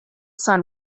sun